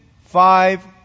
five